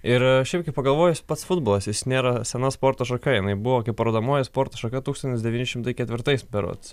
ir šiaip pagalvojus pats futbolas jis nėra sena sporto šaka jinai buvo parodomoji sporto šaka tūkstantis devyni šimtai ketvirtais berods